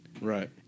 Right